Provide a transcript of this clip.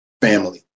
family